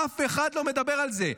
אף אחד לא מדבר על זה.